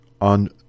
on